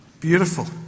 Beautiful